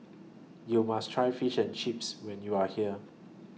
YOU must Try Fish and Chips when YOU Are here